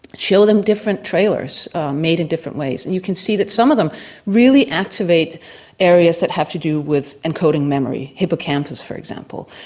show them different trailers made in different ways, and you can see that some of them really activate areas that have to do with encoding memory, the hippocampus for example.